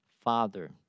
father